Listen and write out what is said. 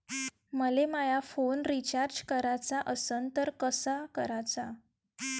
मले माया phone recharge कराचा असन तर कसा कराचा?